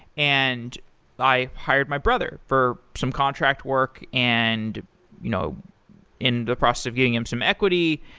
and i hired my brother for some contract work and you know in the process of getting him some equity.